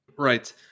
Right